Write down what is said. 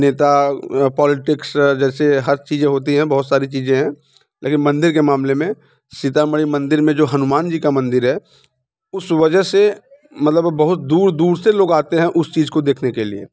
नेता पॉलीटिक्स जैसे हर चीज़ें होती हैं बहुत सारी चीज़ें हैं लेकिन मंदिर के मामले में सीतामढ़ी मंदिर में जो हनुमान जी का मंदिर है उस वजह से मतलब बहुत दूर दूर से लोग आते हैं उस चीज को देखने के लिए